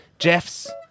Jeffs